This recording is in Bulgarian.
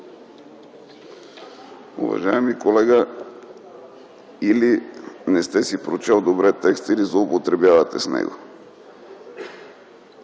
Уважаеми колега, или не сте си прочел добре текста, или злоупотребявате с него.